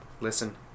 Listen